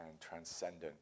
transcendent